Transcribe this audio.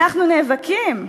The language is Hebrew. אנחנו נאבקים.